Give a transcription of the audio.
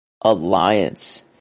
alliance